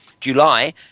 July